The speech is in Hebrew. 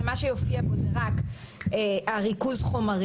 שמי בן בן חרות,